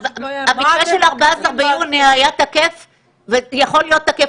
המתווה של 14 ביוני היה תקף ויכול להיות תקף,